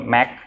Mac